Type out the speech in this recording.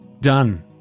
Done